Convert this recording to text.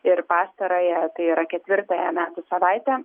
ir pastarąją tai yra ketvirtąją metų savaitę